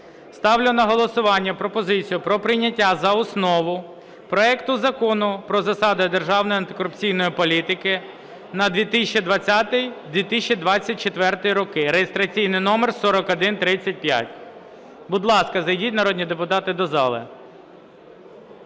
Ставлю на голосування пропозицію про прийняття за основу проекту Закону про засади державної антикорупційної політики на 2020-2024 роки (реєстраційний номер 4135). Будь ласка, зайдіть, народні депутати, до зали.